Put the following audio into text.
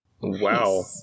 Wow